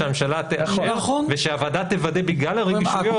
שהממשלה תאשר ושהוועדה תוודא בגלל הרגישויות.